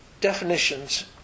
definitions